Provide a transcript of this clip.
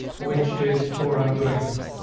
which is for i'm doing so